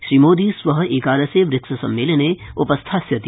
श्रीमोदी श्व एकादशे ब्रिक्सशिखरसम्मेलने उ स्थास्यति